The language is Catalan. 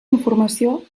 informació